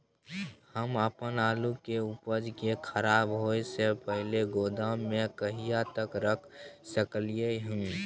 हम अपन आलू के उपज के खराब होय से पहिले गोदाम में कहिया तक रख सकलियै हन?